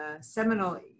seminal